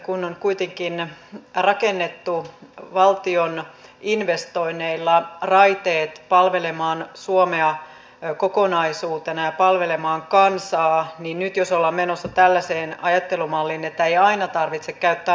kun on kuitenkin rakennettu valtion investoinneilla raiteet palvelemaan suomea kokonaisuutena ja palvelemaan kansaa niin ei kai nyt olla menossa tällaiseen ajattelumalliin että ei aina tarvitse käyttää raiteita